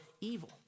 evil